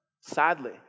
sadly